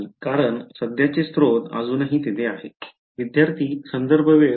नाही कारण सध्याचे स्त्रोत अजूनही तिथे आहे